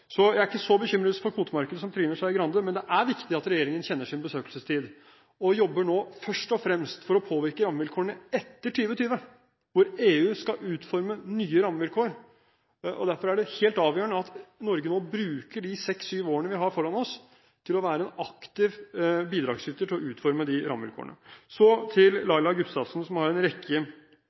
Så jeg er ikke så bekymret for kvotemarkedet som Trine Skei Grande er. Men det er viktig at regjeringen kjenner sin besøkelsestid og nå først og fremst jobber for å påvirke rammevilkårene etter 2020, når EU skal utforme nye rammevilkår. Derfor er det helt avgjørende at Norge må bruke de seks–syv årene vi har foran oss, til å være en aktiv bidragsyter til å utforme de rammevilkårene. Så til Laila Gustavsen, som har en rekke